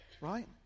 Right